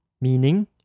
meaning